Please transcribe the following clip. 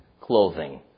clothing